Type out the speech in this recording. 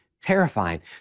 terrifying